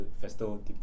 festival